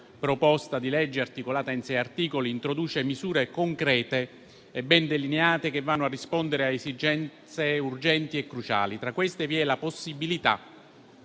proposta di legge, articolata in tre articoli, introduce misure concrete e ben delineate che vanno a rispondere a esigenze urgenti e cruciali. Tra queste vi è la possibilità